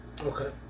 Okay